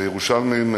וירושלמים,